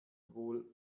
wohl